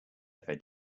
ever